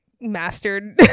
mastered